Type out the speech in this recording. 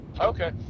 Okay